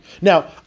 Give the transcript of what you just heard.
Now